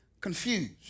confused